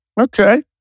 Okay